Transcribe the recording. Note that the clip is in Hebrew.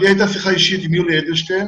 לי הייתה שיחה אישית עם יולי אדלשטיין,